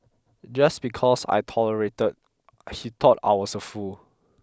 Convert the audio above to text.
just because I tolerated he thought I was a fool